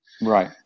Right